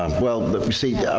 um well, you see. yeah